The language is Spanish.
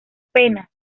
penas